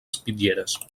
espitlleres